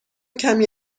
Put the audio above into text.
کمی